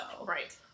Right